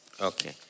Okay